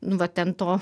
nu va ten to